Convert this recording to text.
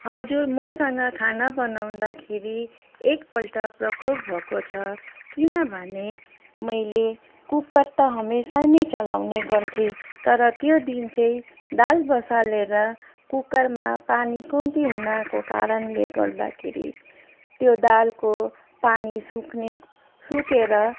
हजुर मसँग खाना बनाउँदाखेरि एकपल्ट प्रकोप भएको छ किनभने मैले कुकर त हमेसा नै चलाउने गर्थेँ तर त्यो दिन चाहिँ दाल बसालेर कुकरमा पानी कम्ती हुनाको कारणले गर्दाखेरि त्यो दालको पानी सुक्ने सुकेर